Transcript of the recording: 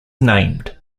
named